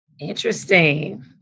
Interesting